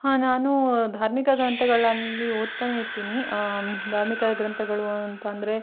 ಹಾಂ ನಾನು ಧಾರ್ಮಿಕ ಗ್ರಂಥಗಳಲ್ಲಿ ಓದ್ತಲೇ ಇರ್ತೀನಿ ಧಾರ್ಮಿಕ ಗ್ರಂಥಗಳು ಅಂತ ಅಂದರೆ